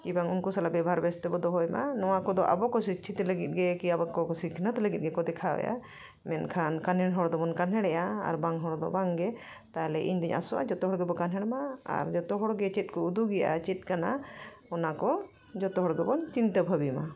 ᱠᱤ ᱵᱟᱝ ᱩᱱᱠᱩ ᱥᱟᱞᱟᱜ ᱵᱮᱵᱷᱟᱨ ᱵᱮᱥ ᱛᱮᱵᱚ ᱫᱚᱦᱚᱭ ᱢᱟ ᱱᱚᱣᱟ ᱠᱚᱫᱚ ᱟᱵᱚ ᱠᱚ ᱥᱤᱠᱪᱷᱤᱛ ᱞᱟᱹᱜᱤᱫᱜᱮ ᱠᱤ ᱟᱵᱚᱠᱚ ᱥᱤᱠᱷᱱᱟᱹᱛ ᱞᱟᱹᱜᱤᱫ ᱜᱮᱠᱚ ᱫᱮᱠᱷᱟᱣᱮᱜᱼᱟ ᱢᱮᱱᱠᱷᱟᱱ ᱠᱟᱱᱦᱮᱲ ᱦᱚᱲ ᱫᱚᱵᱚᱱ ᱠᱟᱱᱦᱮᱲᱮᱜᱼᱟ ᱟᱨ ᱵᱟᱝ ᱦᱚᱲᱫᱚ ᱵᱟᱝᱜᱮ ᱛᱟᱦᱞᱮ ᱤᱧᱫᱩᱧ ᱟᱥᱚᱜᱼᱟ ᱡᱷᱚᱛᱚ ᱦᱚᱲ ᱜᱮᱵᱚ ᱠᱟᱱᱦᱮᱲᱢᱟ ᱟᱨ ᱡᱷᱚᱛᱚ ᱦᱚᱲᱜᱮ ᱪᱮᱫ ᱠᱚ ᱩᱫᱩᱜᱮᱜᱼᱟ ᱪᱮᱫ ᱠᱟᱱᱟ ᱚᱱᱟᱠᱚ ᱡᱷᱚᱛᱚ ᱦᱚᱲ ᱜᱮᱵᱚᱱ ᱪᱤᱱᱛᱟᱹ ᱵᱷᱟᱹᱵᱤᱢᱟ